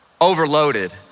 overloaded